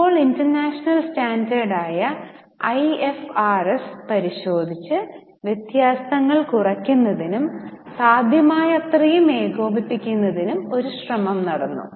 ഇപ്പോൾ international standard ആയ IFRS പരിശോധിച്ചു വ്യത്യാസങ്ങൾ കുറയ്ക്കുന്നതിനും സാധ്യമായത്രയും ഏകോപിപ്പിക്കുന്നതിനും ഒരു ശ്രമം നടന്നു